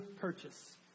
purchase